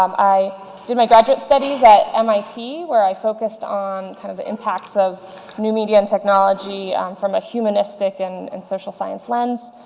um i did my graduate studies at mit, where i focused on kind of impacts of new media and technology from a humanistic and and social science lens,